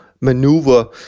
maneuver